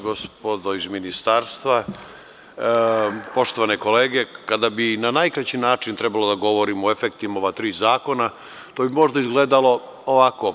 Gospodo iz Ministarstva, poštovane kolege, kada bi na najkraći način trebalo da govorimo o efektima ova tri zakona, to bi možda izgledalo ovako.